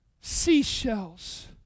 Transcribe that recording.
seashells